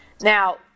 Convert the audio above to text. Now